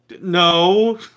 No